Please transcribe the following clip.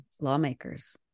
lawmakers